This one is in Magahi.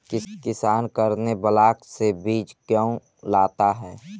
किसान करने ब्लाक से बीज क्यों लाता है?